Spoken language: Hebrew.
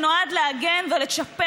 שנועד להגן ולצ'פר